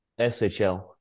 SHL